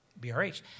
BRH